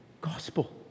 gospel